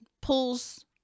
pulls